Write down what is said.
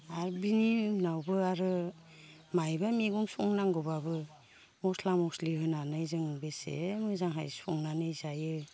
आरो बिनि उनावबो आरो मायबा मैगं संनांगौब्लाबो मस्ला मस्लि होनानै जों बेसे मोजांहाय संनानै जायो